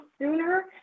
sooner